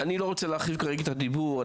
אני לא רוצה להרחיב כרגע את הדיבור,